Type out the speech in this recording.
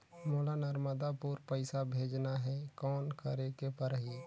मोला नर्मदापुर पइसा भेजना हैं, कौन करेके परही?